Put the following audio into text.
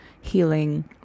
healing